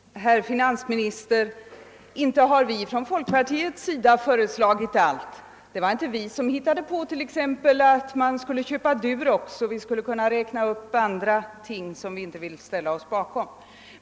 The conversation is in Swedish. Herr talman! Nej, herr finansminister, inte har vi från folkpartiets sida föreslagit allt. Det var inte vi som hittade på att man t.ex. skulle köpa Durox, och vi skulle kunna räkna upp andra förslag som vi inte har velat ställa oss bakom.